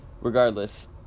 regardless